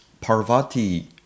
Parvati